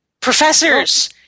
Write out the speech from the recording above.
Professors